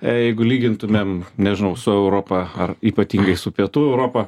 jeigu lygintumėm nežinau su europa ar ypatingai su pietų europa